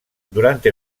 durante